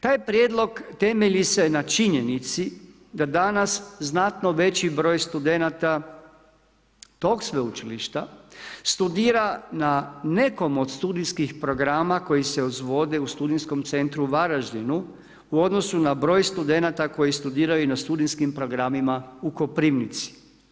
Taj prijedlog, temelji se na činjenici da danas znatno veći broj studenata, tog sveučilišta studira na nekom od studijskih programa koji se izvode u studenskom centru u Varaždinu u odnosu na broj studenata koji studiraju i na studijskim programima u Koprivnici.